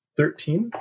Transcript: Thirteen